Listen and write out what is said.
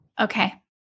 Okay